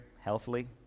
healthily